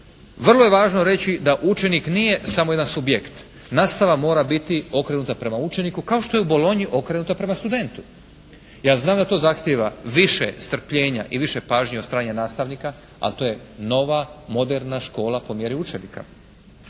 Vrlo je važno reći da učenik nije samo jedan subjekt, nastava mora biti okrenuta prema učeniku kao što je u Bolonji okrenuta prema studentu. Ja znam da to zahtjeva više strpljenja i više pažnje od strane nastavnika, ali to je nova moderna škola po mjeri učenika.